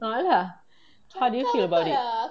a'ah lah how do you feel about it